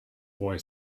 boy